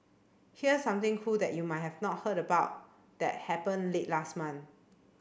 here something cool that you might have not heard about that happened late last month